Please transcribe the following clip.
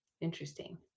Interesting